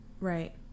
Right